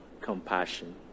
compassion